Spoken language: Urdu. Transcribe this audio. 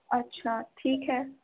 اچھا ٹھیک ہے